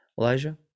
Elijah